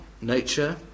nature